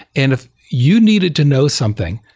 and if you needed to know something,